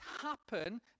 happen